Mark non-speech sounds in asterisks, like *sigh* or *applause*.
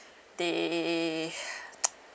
they *noise*